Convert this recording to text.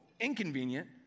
inconvenient